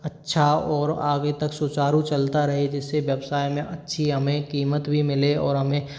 अच्छा और आगे तक सुचारू चलता रहे जिससे व्यवसाय में अच्छी हमें कीमत भी मिले और हमें